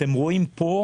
בשקף הבא